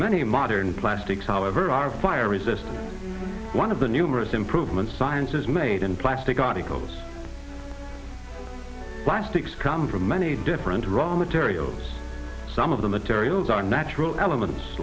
many modern plastics however are fire resistant one of the numerous improvements science is made in plastic articles plastics come from many different raw materials some of the materials are natural elements